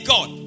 God